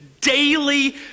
daily